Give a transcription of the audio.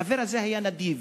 והחבר הזה היה נדיב.